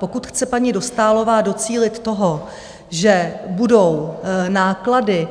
Pokud chce paní Dostálová docílit toho, že budou náklady